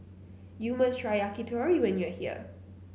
you must try yakitori when you are here